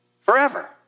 forever